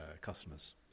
customers